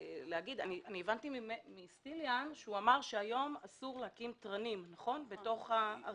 הבנתי מסטיליאן גלברג שהיום אסור להקים תרנים בתוך הערים.